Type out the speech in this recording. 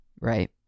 right